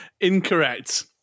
incorrect